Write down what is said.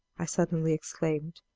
i suddenly exclaimed,